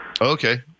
Okay